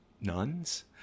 nuns